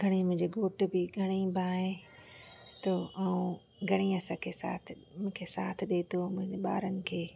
घणेई मुंहिंजे घोट बि घणेई भाए थो ऐं घणेई असांखे साथ मूंखे साथ ॾिए थो मुंहिंजे ॿारनि खे